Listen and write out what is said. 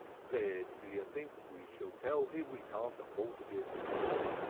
then do you think we shall tell him we can't afford to give him more?